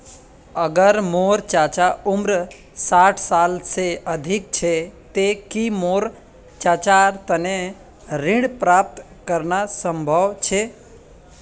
अगर मोर चाचा उम्र साठ साल से अधिक छे ते कि मोर चाचार तने ऋण प्राप्त करना संभव छे?